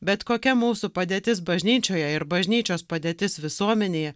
bet kokia mūsų padėtis bažnyčioje ir bažnyčios padėtis visuomenėje